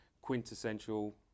quintessential